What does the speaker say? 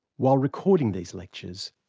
while recording these lectures,